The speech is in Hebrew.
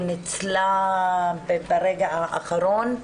והיא ניצלה ברגע האחרון,